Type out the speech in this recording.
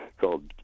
called